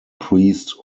priest